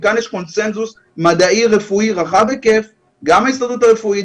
כי כאן יש קונצנזוס מדעי-רפואי רחב היקף גם ההסתדרות הרפואי,